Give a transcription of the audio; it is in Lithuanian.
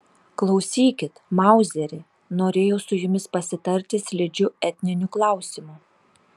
klausykit mauzeri norėjau su jumis pasitarti slidžiu etniniu klausimu